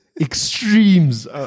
Extremes